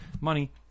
money